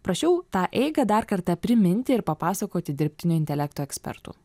prašiau tą eigą dar kartą priminti ir papasakoti dirbtinio intelekto ekspertų